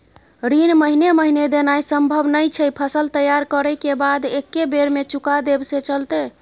ऋण महीने महीने देनाय सम्भव नय छै, फसल तैयार करै के बाद एक्कै बेर में चुका देब से चलते?